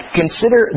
consider